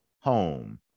home